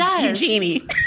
Eugenie